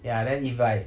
ya then if like